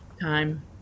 time